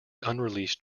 unreleased